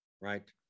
right